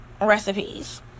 recipes